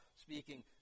speaking